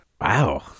Wow